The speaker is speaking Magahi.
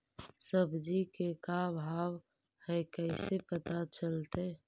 सब्जी के का भाव है कैसे पता चलतै?